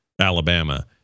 Alabama